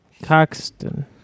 Coxton